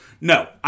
No